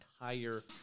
entire